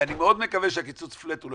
ואני מאוד מקווה שקיצוץ הפלאט הוא לא